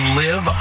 live